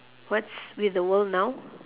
what's with the world now